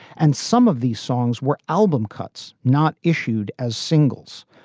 and some of these songs were album cuts not issued as singles.